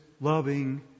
loving